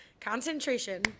concentration